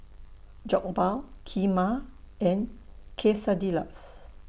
Jokbal Kheema and Quesadillas